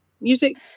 music